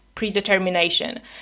predetermination